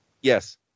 Yes